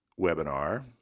webinar